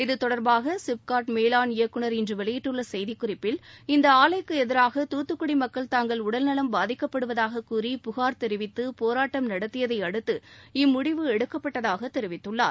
இத்தொடர்பாக சிப்காட் மேலாண் இயக்குநர் இன்று வெளியிட்டுள்ள செய்திக் குறிப்பில் இந்த ஆலைக்கு எதிராக தூத்துக்குடி மக்கள் தங்கள் உடல்நலம் பாதிக்கப்படுவதாக கூறி புகார் தெரிவித்து போராட்டம் நடத்தியதை அடுத்து இம்முடிவு எடுக்கப்பட்டதாக தெரிவித்துள்ளார்